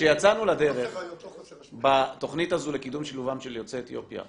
כשיצאנו לדרך בתכנית הזאת לקידום שילובם של יוצאי אתיופיה,